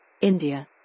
India